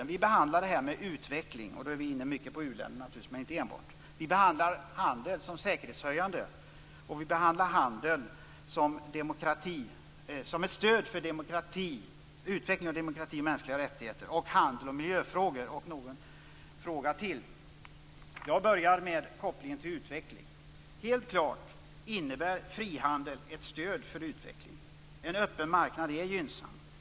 Utskottet behandlar frågan om utveckling - men inte enbart u-länderna. Vi behandlar handeln som en säkerhetshöjande faktor, och vi behandlar handeln som ett stöd för att utveckla demokrati och mänskliga rättigheter. Vidare är det handel och miljöfrågor, osv. Jag börjar med kopplingen till utvecklingen. Helt klart innebär frihandel ett stöd för utveckling. En öppen marknad är gynnsam.